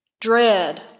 dread